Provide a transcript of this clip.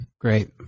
Great